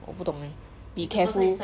我不懂诶 be careful